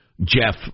Jeff